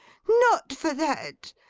not for that!